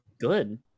Good